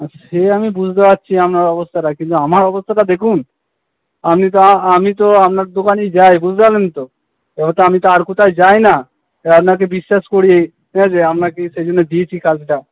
সে আমি বুঝতে পারছি আপনার অবস্থাটা কিন্তু আমার অবস্থাটা দেখুন আপনি তো আমি তো আপনার দোকানেই যাই বুঝতে পারলেন তো এবার তো আমি তো আর কোথাও যাই না এবার আপনাকেই বিশ্বাস করি ঠিক আছে আপনাকেই সেই জন্য দিয়েছি কাজটা